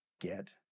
get